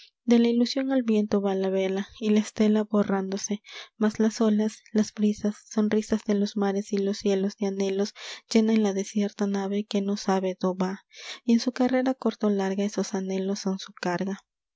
de la ilusión al viento va la vela y la estela borrándose mas las olas las brisas sonrisas de los mares y los cielos de anhelos llenan la desierta nave que no sabe do va y en su carrera corta o larga esos anhelos son su carga